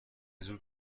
زود